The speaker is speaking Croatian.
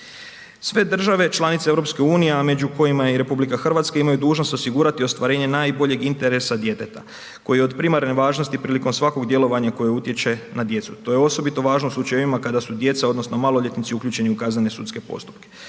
Sve države članice EU-a a među kojima je i RH, imaju dužnost osigurati ostvarenje najboljeg interesa djeteta koji je od primarne važnosti prilikom svakog djelovanja koje utječe na djecu, to je osobito važno u slučajevima kada su djeca odnosno maloljetnici uključeni u kaznene sudske postupke.